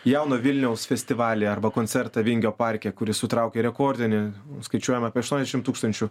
jauno vilniaus festivalį arba koncertą vingio parke kuris sutraukė rekordinį skaičiuojam apie aštuoniasdešimt tūkstančių